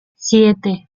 siete